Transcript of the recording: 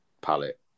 palette